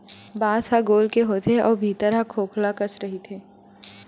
बांस ह गोल के होथे अउ भीतरी ह खोखला कस रहिथे